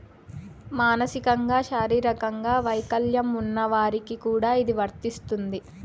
మానసికంగా శారీరకంగా వైకల్యం ఉన్న వారికి కూడా ఇది వర్తిస్తుంది